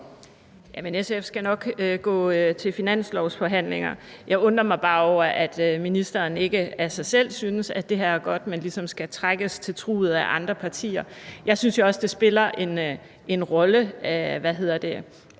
SF skal nok gå til finanslovsforhandlingerne. Jeg undrer mig bare over, at ministeren ikke selv synes, at det her er godt, men ligesom skal trækkes til truget af andre partier. Jeg synes jo også, at det spiller en rolle, at der her